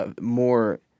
more